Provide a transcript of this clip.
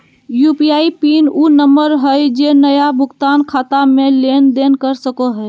UPI PIN उ number हइ जे नया भुगतान खाता से लेन देन कर सको हइ